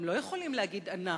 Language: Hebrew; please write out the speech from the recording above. הם לא יכולים להגיד "אנחנו",